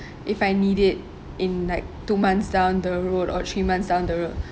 if I need it in like two months down the road or three months down the road